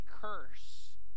curse